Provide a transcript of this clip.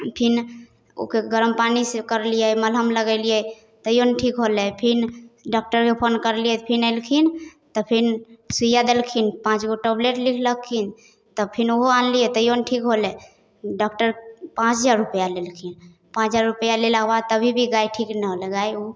फेर ओकर गरम पानिसँ करलिए मलहम लगेलिए तैओ नहि ठीक होलै फेर डॉक्टरके फोन करलिए फेर अएलखिन तऽ फेर सुइआ देलखिन पाँचगो टेबलेट लिखलखिन तब फेर ओहो आनलिए तैओ नहि ठीक होलै डाक्टर पाँच हजार रुपैआ लेलखिन पाँच हजार रुपैआ लेलाके बाद तभी भी गाइ ठीक नहि होलै गाइ ओ